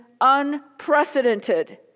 unprecedented